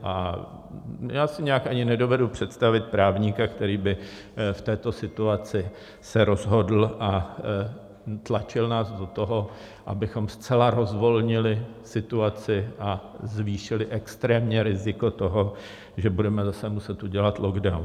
A já si nějak ani nedovedu představit právníka, který by v této situaci se rozhodl a tlačil nás do toho, abychom zcela rozvolnili situaci a zvýšili extrémně riziko toho, že budeme zase muset udělat lockdown.